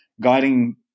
guiding